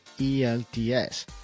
ELTS